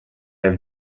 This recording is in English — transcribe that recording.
have